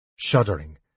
Shuddering